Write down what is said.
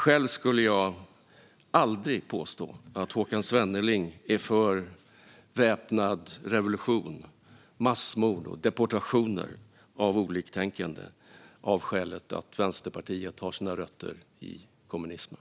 Själv skulle jag aldrig påstå att Håkan Svenneling är för väpnad revolution, massmord och deportationer av oliktänkande av det skälet att Vänsterpartiet har sina rötter i kommunismen.